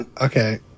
Okay